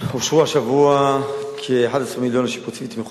אושרו השבוע כ-11 מיליון שקלים לשיפוצים ותמיכות